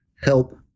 help